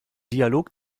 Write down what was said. dialog